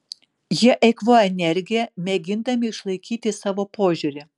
jie eikvoja energiją mėgindami išlaikyti savo požiūrį